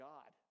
God